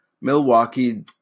milwaukee